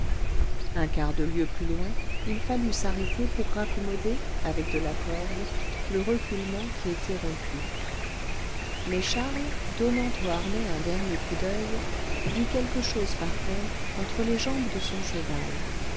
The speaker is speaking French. un quart de lieue plus loin il fallut s'arrêter pour raccommoder avec de la corde le reculement qui était rompu mais charles donnant au harnais un dernier coup d'oeil vit quelque chose par terre entre les jambes de son cheval